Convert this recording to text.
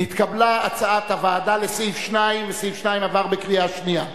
נתקבלה הצעת הוועדה לסעיף 2 וסעיף 2 עבר בקריאה שנייה.